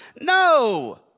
No